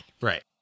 right